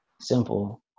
Simple